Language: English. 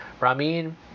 Ramin